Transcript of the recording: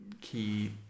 key